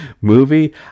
movie